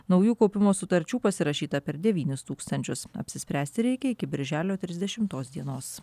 naujų kaupimo sutarčių pasirašyta per devynis tūkstančius apsispręsti reikia iki birželio trisdešimtos dienos